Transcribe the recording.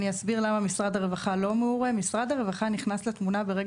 משרד הרווחה לא מעורה ואני אסביר למה.